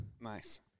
Nice